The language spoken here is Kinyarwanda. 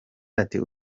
ati